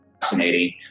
fascinating